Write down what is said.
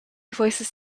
voices